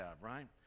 right